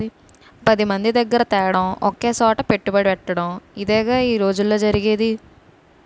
పదిమంది దగ్గిర తేడం ఒకసోట పెట్టుబడెట్టటడం ఇదేగదా ఈ రోజుల్లో జరిగేది